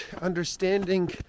understanding